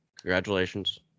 Congratulations